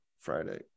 Friday